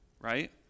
right